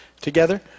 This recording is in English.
together